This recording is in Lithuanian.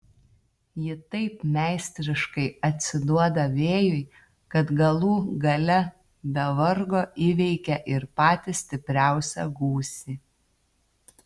ji taip meistriškai atsiduoda vėjui kad galų gale be vargo įveikia ir patį stipriausią gūsį